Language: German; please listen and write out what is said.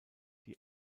die